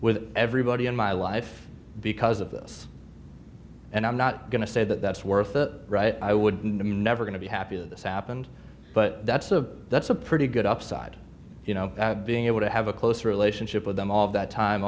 with everybody in my life because of this and i'm not going to say that that's worth the right i would never going to be happy that this happened but that's a that's a pretty good upside you know being able to have a close relationship with them all of that time